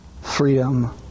freedom